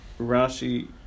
Rashi